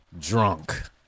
drunk